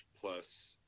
plus